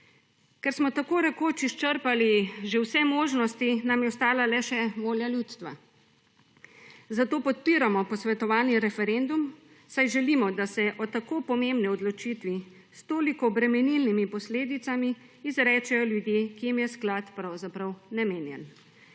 Ker smo tako rekoč izčrpali že vse možnosti, nam je ostala le še volja ljudstva. Zato podpiramo posvetovalni referendum, saj želimo, da se o tako pomembni odločitvi, s toliko bremenilnimi posledicami izrečejo ljudje, ki jim je sklad pravzaprav namenjen.